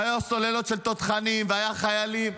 היו סוללות של תותחנים והיו חיילים,